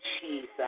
Jesus